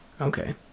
okay